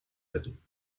hätten